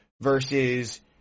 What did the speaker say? versus